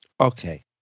Okay